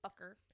fucker